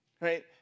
right